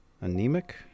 anemic